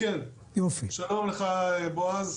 שלום לך בועז,